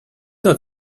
not